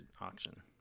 auction